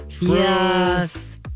yes